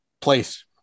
Place